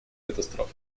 катастрофы